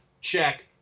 check